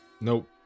nope